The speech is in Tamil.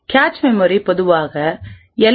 கேச் மெமரி பொதுவாக எல்